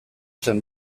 zen